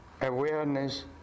Awareness